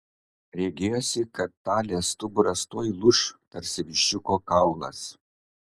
regėjosi kad talės stuburas tuoj lūš tarsi viščiuko kaulas